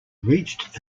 reached